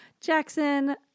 Jackson